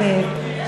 איפה הבושה?